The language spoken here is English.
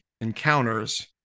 encounters